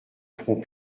front